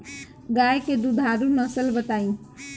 गाय के दुधारू नसल बताई?